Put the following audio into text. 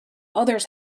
others